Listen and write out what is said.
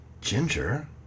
Ginger